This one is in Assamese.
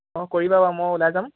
অঁ কৰিবা বাৰু মই ওলাই যাম